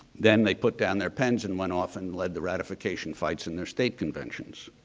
then, they put down their pens and went off and led the ratification fights in their state conventions.